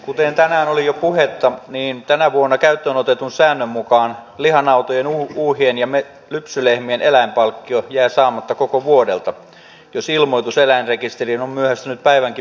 kuten tänään oli jo puhetta tänä vuonna käyttöön otetun säännön mukaan lihanautojen uuhien ja lypsylehmien eläinpalkkiot jäävät saamatta koko vuodelta jos ilmoitus eläinrekisteriin on myöhästynyt päivänkin määräajasta